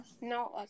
no